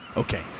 Okay